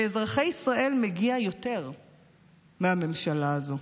לאזרחי ישראל מגיע יותר מהממשלה הזו.